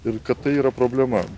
ir kad tai yra problema